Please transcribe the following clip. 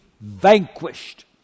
vanquished